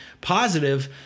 positive